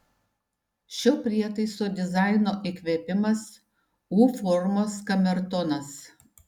šio prietaiso dizaino įkvėpimas u formos kamertonas